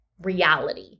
reality